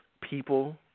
people